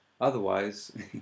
Otherwise